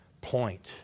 point